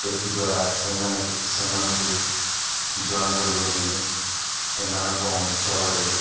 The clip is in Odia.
ଏଥିଦ୍ୱାରା ସେମାନେ ସେମାନଙ୍କୁ ଜଣାପଡ଼ିବ କି ଏମାନଙ୍କ ଅଞ୍ଚଳରେ